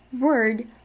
word